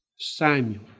Samuel